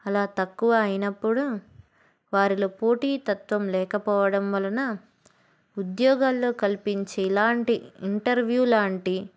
అలా తక్కువ అయినప్పుడు వారిలో పోటీ తత్వం లేకపోవడం వలన ఉద్యోగాల్లో కల్పించే ఇలాంటి ఇంటర్వ్యూ లాంటి